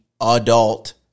adult